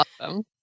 Awesome